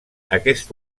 aquest